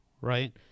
Right